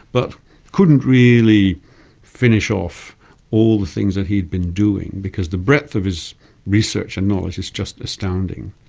but couldn't really finish off all the things that he'd been doing because the breadth of his research and knowledge is just astounding.